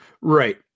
right